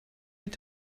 mit